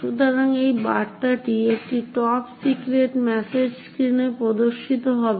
সুতরাং এই বার্তাটি একটি top secret message top secret message স্ক্রীনে প্রদর্শিত হবে